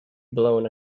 blown